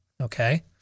okay